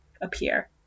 appear